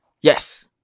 Yes